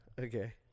Okay